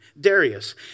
Darius